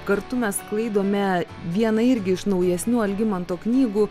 kartu mes sklaidome vieną irgi iš naujesnių algimanto knygų